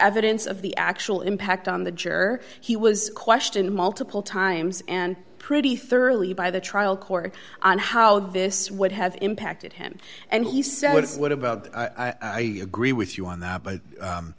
evidence of the actual impact on the juror he was questioned multiple times and pretty thoroughly by the trial court on how this would have impacted him and he said what about i agree with you on that but